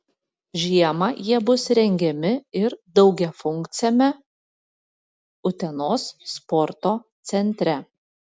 žiemą jie bus rengiami ir daugiafunkciame utenos sporto centre